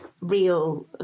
real